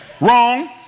Wrong